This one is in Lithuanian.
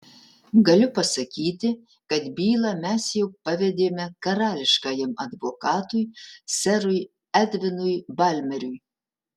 galiu pasakyti kad bylą mes jau pavedėme karališkajam advokatui serui edvinui balmeriui